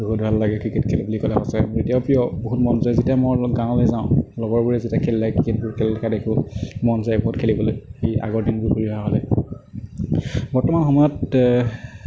বহুত ভাল লাগে ক্ৰিকেট খেল বুলি ক'লে সঁচাকৈ মোৰ এতিয়াও প্ৰিয় বহুত মন যায় যেতিয়া মই অলপ গাঁৱলৈ যাওঁ লগৰবোৰে যেতিয়া খেলি থাকে ক্ৰিকেট খেলি থকা দেখোঁ মন যায় বহুত খেলিবলৈ সেই আগৰদিনবোৰ ঘূৰি অহা হ'লে বৰ্তমান সময়ত